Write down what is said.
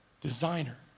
designer